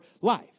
life